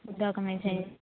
document ചെയ്യ്